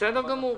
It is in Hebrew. בסדר גמור.